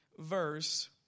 Verse